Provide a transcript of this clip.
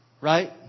Right